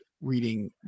reading